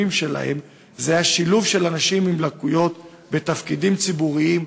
שלהם היה של שילוב אנשים עם לקויות בתפקידים ציבוריים.